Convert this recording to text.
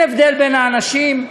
אין הבדל בין האנשים,